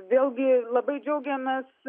vėlgi labai džiaugiamės